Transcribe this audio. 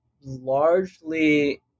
largely